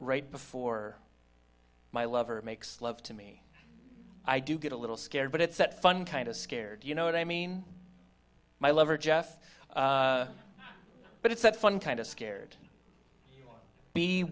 right before my lover makes love to me i do get a little scared but it's that fun kind of scared you know what i mean my lover jeff but it's that fun kind of scared